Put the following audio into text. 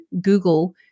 Google